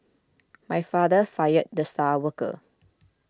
my father fired the star worker